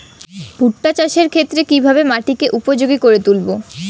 ভুট্টা চাষের ক্ষেত্রে কিভাবে মাটিকে উপযোগী করে তুলবো?